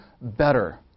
better